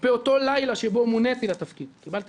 ובאותו לילה בו מוניתי לתפקיד קיבלתי